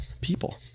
people